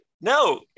No